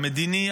המדיני,